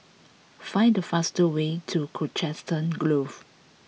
find the fastest way to Colchester Grove